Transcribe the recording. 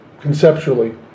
conceptually